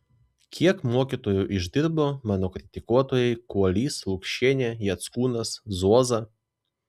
kiek mokytoju išdirbo mano kritikuotojai kuolys lukšienė jackūnas zuoza